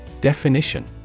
Definition